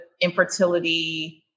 infertility